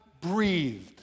breathed